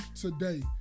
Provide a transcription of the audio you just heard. today